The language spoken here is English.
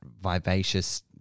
vivacious